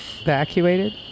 evacuated